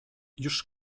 już